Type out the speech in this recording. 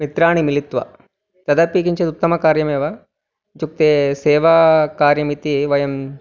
मित्राणि मिलित्वा तदपि किञ्चित् उत्तमकार्यमेव इत्युक्ते सेवाकार्यम् इति वयं